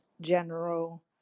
general